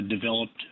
developed